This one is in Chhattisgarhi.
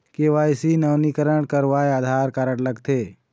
के.वाई.सी नवीनीकरण करवाये आधार कारड लगथे?